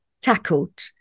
tackled